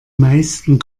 meisten